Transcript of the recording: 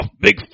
big